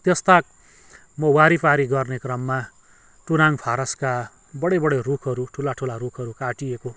त्यसताक म वारिपारि गर्ने क्रममा टुनाङ फारसका बडे बडे रुखहरू ठुला ठुला रुखहरू काटिएको